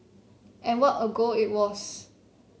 and what a goal it was